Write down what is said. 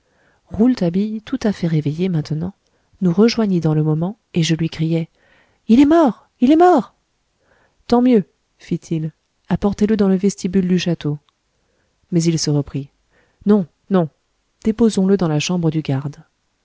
rouletabille tout à fait réveillé maintenant nous rejoignit dans le moment et je lui criai il est mort il est mort tant mieux fit-il apportez-le dans le vestibule du château mais il se reprit non non déposons le dans la chambre du garde